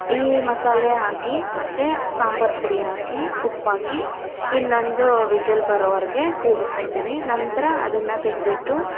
ಈ ಮಸಾಲೆ ಹಾಕಿ ಮತ್ತೆ ಸಾಂಬಾರು ಪುಡಿ ಹಾಕಿ ಉಪ್ಪಾಕಿ ಇನ್ನೊಂದು ವಿಷಲ್ ಬರೋವರೆಗೆ ಕೂಗಿಸ್ಕೊಳ್ತೀನಿ ನಂತರ ಅದನ್ನು ತೆಗೆದ್ಬಿಟ್ಟು